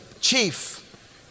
chief